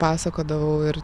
pasakodavau ir